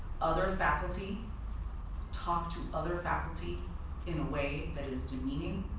other faculty talk to other faculty in a way that is demeaning.